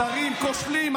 שרים כושלים,